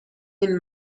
این